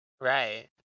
Right